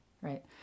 right